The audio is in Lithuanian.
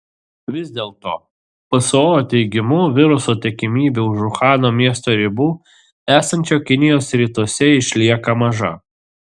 vis dėl to pso teigimu viruso tikimybė už uhano miesto ribų esančio kinijos rytuose išlieka maža